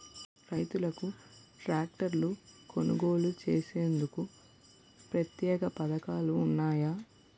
రైతులకు ట్రాక్టర్లు కొనుగోలు చేసేందుకు ప్రత్యేక పథకాలు ఉన్నాయా?